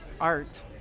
art